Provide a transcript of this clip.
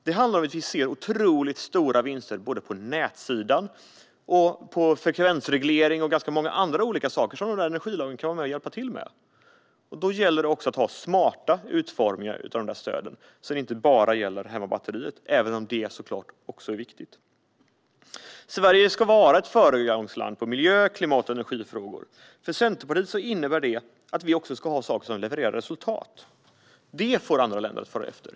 Det handlar om att vi ser otroligt stora vinster på nätsidan, när det gäller frekvensreglering och ganska många andra olika saker som energilagren kan vara med och hjälpa till med. Då gäller det också att ha smarta utformningar av stöden så att det inte bara handlar om hemmabatteriet, även om det såklart också är viktigt. Sverige ska vara ett föregångsland i miljö-, klimat och energifrågor. För Centerpartiet innebär det att vi ska ha saker som levererar resultat. Det får andra länder att följa efter.